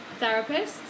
therapists